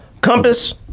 Compass